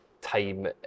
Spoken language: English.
time